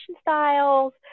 styles